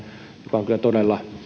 mikä on kyllä todella